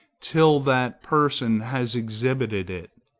till that person has exhibited it.